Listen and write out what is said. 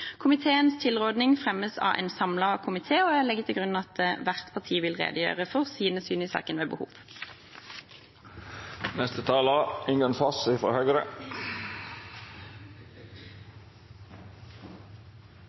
Komiteens tilråding fremmes av en samlet komité, og jeg legger til grunn at hvert parti vil redegjøre for sine syn i saken